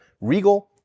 Regal